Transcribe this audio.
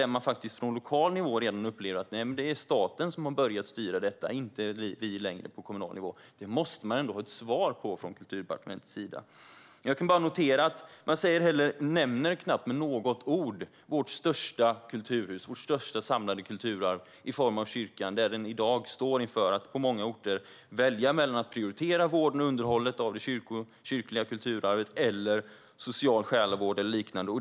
Där har man redan från lokal nivå upplevt att det är staten som har börjat styra detta och inte längre de på kommunal nivå. Det måste man ändå ha ett svar på från Kulturdepartementets sida. Jag kan bara notera att man knappt med något ord nämner vårt största samlade kulturarv i form av kyrkan. Den står i dag på många orter inför att välja att prioritera vården och underhållet av det kyrkliga kulturarvet eller social själavård eller liknande.